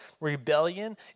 rebellion